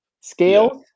scales